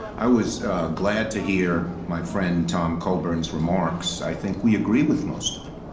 i was glad to hear my friend tom coburn's remarks. i think we agree with most of them,